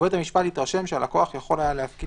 ובית המשפט התרשם שהלקוח יכול היה להפקיד